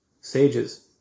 sages